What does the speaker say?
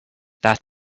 that